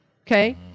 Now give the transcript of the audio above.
okay